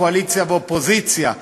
קואליציה ואופוזיציה,